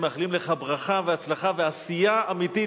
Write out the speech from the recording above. מאחלים לך ברכה והצלחה ועשייה אמיתית